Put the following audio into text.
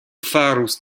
farus